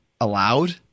allowed